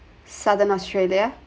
southern australia